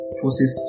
forces